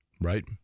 right